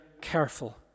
careful